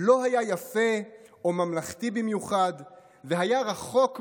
לא היה יפה או ממלכתי במיוחד והיה רחוק משלמות,